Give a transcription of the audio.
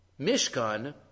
Mishkan